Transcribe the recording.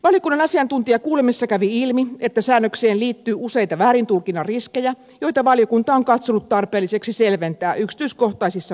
valiokunnan asiantuntijakuulemisessa kävi ilmi että säännökseen liittyy useita väärintulkinnan riskejä joita valiokunta on katsonut tarpeelliseksi selventää yksityiskohtaisissa perusteluissaan